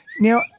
now